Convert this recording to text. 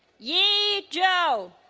yi zhou